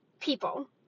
people